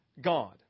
God